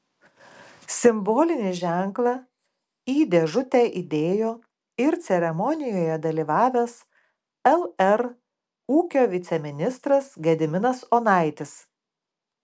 simbolinį ženklą į dėžutę įdėjo ir ceremonijoje dalyvavęs lr ūkio viceministras gediminas onaitis